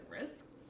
risk